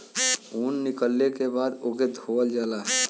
ऊन निकलले के बाद ओके धोवल जाला